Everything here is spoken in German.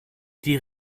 die